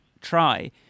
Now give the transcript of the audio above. try